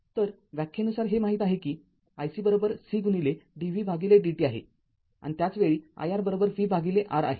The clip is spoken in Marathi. तरव्याख्येनुसार हे माहीत आहे कि iC C dv dt आहे आणि त्याच वेळी iR vR आहे